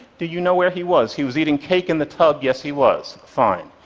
do you know where he was? he was eating cake in the tub, yes he was! fine.